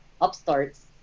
upstarts